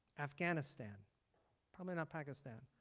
afghanistan probably not pakistan.